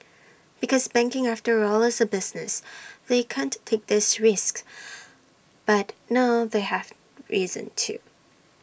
because banking after all is A business they can't take these risks but now they have reason to